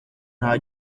nta